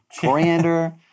Coriander